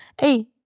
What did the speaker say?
Hey